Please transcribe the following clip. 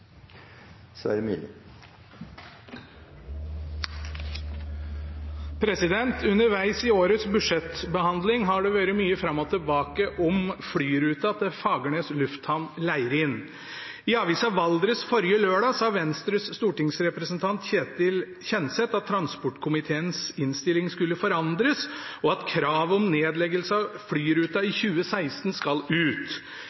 Underveis i årets budsjettbehandling har det vært mye fram og tilbake om flyruten til Fagernes Lufthavn Leirin. I avisa Valdres forrige lørdag sa Venstres stortingsrepresentant Ketil Kjenseth at transportkomiteens innstilling skulle forandres, og at krav om nedleggelse av flyruten i